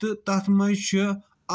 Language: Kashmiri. تہٕ تتھ منٛز چھِ